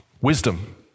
wisdom